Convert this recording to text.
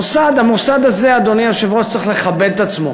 המוסד הזה, אדוני היושב-ראש, צריך לכבד את עצמו.